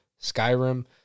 Skyrim